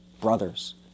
brothers